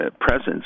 presence